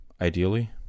ideally